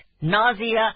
nausea